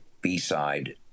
B-side